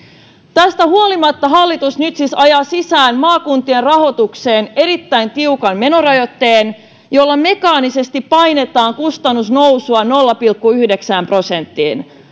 tästä huolimatta hallitus nyt siis ajaa sisään maakuntien rahoitukseen erittäin tiukan menorajoitteen jolla mekaanisesti painetaan kustannusnousua nolla pilkku yhdeksään prosenttiin